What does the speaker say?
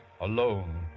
alone